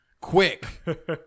quick